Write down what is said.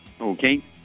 Okay